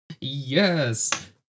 Yes